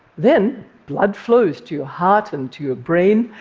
then blood flows to your heart and to your brain,